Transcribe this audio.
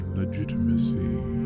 legitimacy